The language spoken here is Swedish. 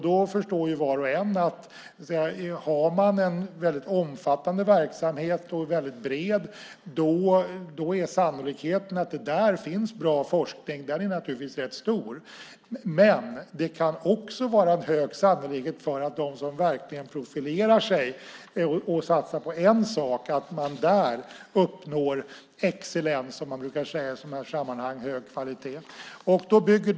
Då förstår ju var och en att om man har en väldigt omfattande och bred verksamhet är sannolikheten naturligtvis rätt stor att det där finns bra forskning. Men det kan också vara hög sannolikhet för att de som verkligen profilerar sig och satsar på en sak uppnår excellens som man brukar säga i sådana här sammanhang - det vill säga hög kvalitet.